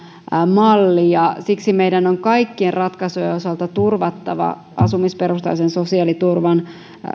malli siksi meidän on kaikkien ratkaisujen osalta turvattava asumisperusteisen sosiaaliturvan